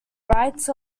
rights